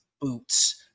boots